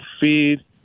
feed